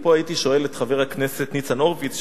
ופה הייתי שואל את חבר הכנסת ניצן הורוביץ,